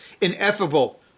ineffable